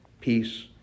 peace